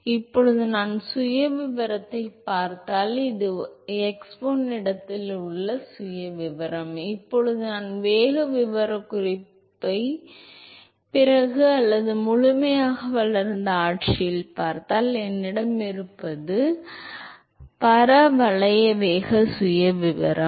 எனவே இப்போது நான் சுயவிவரத்தைப் பார்த்தால் இது x1 இடத்தில் உள்ள சுயவிவரம் இப்போது நான் வேக விவரக்குறிப்பைப் பிறகு அல்லது முழுமையாக வளர்ந்த ஆட்சியில் பார்த்தால் என்னிடம் இருப்பது பரவளைய வேக சுயவிவரம்